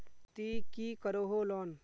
ती की करोहो लोन?